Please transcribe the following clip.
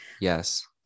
Yes